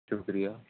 شُکریہ